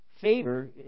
favor